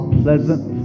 pleasant